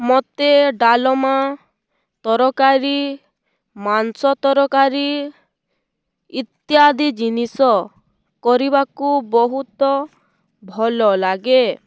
ମୋତେ ଡ଼ାଲମା ତରକାରୀ ମାଂସ ତରକାରୀ ଇତ୍ୟାଦି ଜିନିଷ କରିବାକୁ ବହୁତ ଭଲ ଲାଗେ